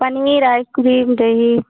paneer ice cream चाहिए